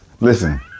listen